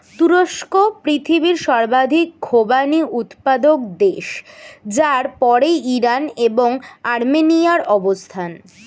তুরস্ক পৃথিবীর সর্বাধিক খোবানি উৎপাদক দেশ যার পরেই ইরান এবং আর্মেনিয়ার অবস্থান